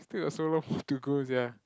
still got so long to go sia